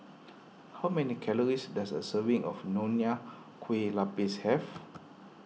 how many calories does a serving of Nonya Kueh Lapis have